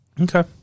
Okay